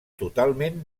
totalment